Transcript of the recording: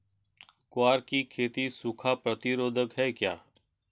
ग्वार की खेती सूखा प्रतीरोधक है क्या?